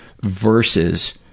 versus